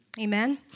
Amen